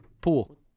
pool